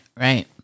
Right